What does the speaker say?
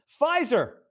Pfizer